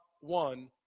one